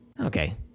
okay